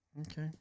Okay